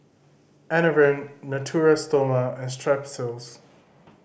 Enervon Natura Stoma and Strepsils